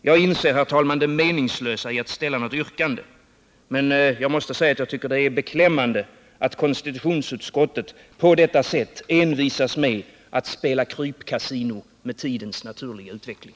Jag inser, herr talman, det meningslösa i att ställa något yrkande, men jag måste säga att jag tycker det är beklämmande att konstitutionsutskottet på detta sätt envisas med att spela krypkasino med tidens naturliga utveckling.